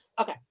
Okay